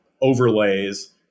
overlays